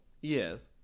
Yes